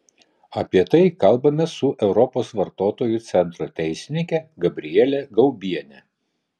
apie tai kalbamės su europos vartotojų centro teisininke gabriele gaubiene